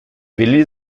willi